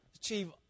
achieve